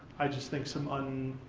i just think, some and